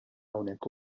hawnhekk